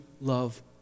love